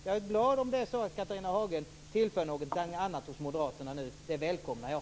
Jag är glad om Catharina Hagen nu tillför någonting annat till moderaterna. Det välkomnar jag.